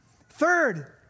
Third